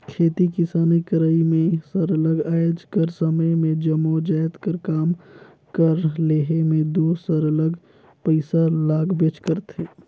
खेती किसानी करई में सरलग आएज कर समे में जम्मो जाएत कर काम कर लेहे में दो सरलग पइसा लागबेच करथे